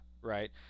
right